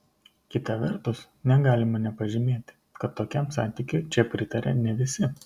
kita vertus negalima nepažymėti kad tokiam santykiui čia pritaria ne visi